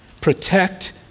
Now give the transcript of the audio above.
protect